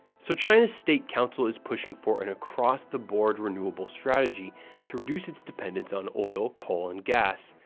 so china's state council is pushing for an across-the-board renewable strategy to reduce its dependence on oil, coal and gas,